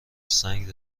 سنگ